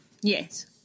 Yes